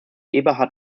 eberhard